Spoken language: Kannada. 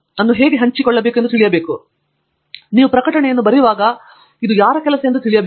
ಆದ್ದರಿಂದ ನೀವು ಪ್ರಕಟಣೆಯನ್ನು ಬರೆಯುವಾಗ ಯಾರ ಕೆಲಸ ಇದು ಎಂದು ತಿಳಿಯಬೇಕು